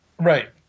Right